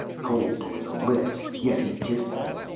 cold were the lips, yet he kissed them.